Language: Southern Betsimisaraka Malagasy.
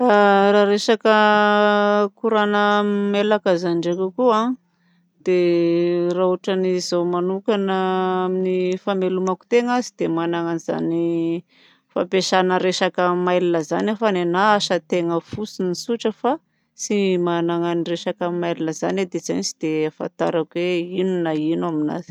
Raha resaka koràna amin'ny mailaka zany ndraika koa dia raha ohatra an'izaho manokana amin'ny famelomako tegna. Tsy dia manana an'izany fampiasana resaka mail zany aho fa nena asa tegna fotsiny tsotra fa tsy magnano resaka mail zany aho. Dia izay no tsy ahafantarako hoe ino na ino aminazy.